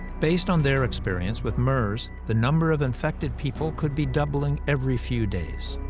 based on their experience with mers, the number of infected people could be doubling every few days.